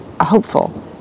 hopeful